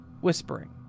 whispering